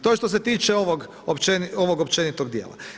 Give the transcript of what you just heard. To je što se tiče ovog općenitog dijela.